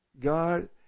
God